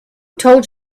told